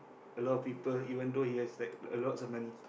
a lot of people even though he has like lots of money